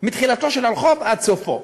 מתחילתו של הרחוב ועד סופו.